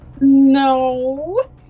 No